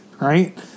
right